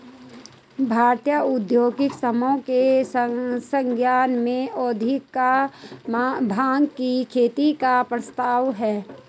भारतीय औद्योगिक समूहों के संज्ञान में औद्योगिक भाँग की खेती का प्रस्ताव है